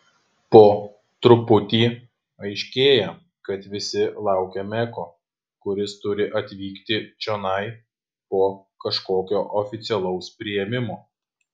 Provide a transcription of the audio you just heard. po truputį aiškėja kad visi laukia meko kuris turi atvykti čionai po kažkokio oficialaus priėmimo